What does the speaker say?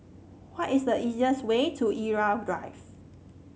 what is the easiest way to Irau Drive